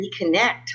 reconnect